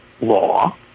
law